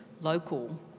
local